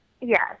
Yes